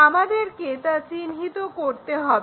আমাদেরকে তা চিহ্নিত করতে হবে